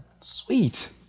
Sweet